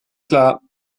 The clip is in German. klar